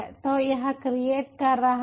तो यह क्रिएट कर रहा है